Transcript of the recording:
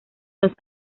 los